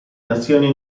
nazioni